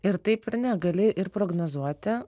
ir taip ir ne gali ir prognozuoti